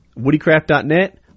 Woodycraft.net